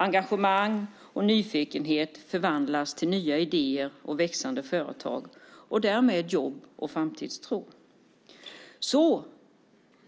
Engagemang och nyfikenhet förvandlas till nya idéer och växande företag, och därmed till jobb och framtidstro. Så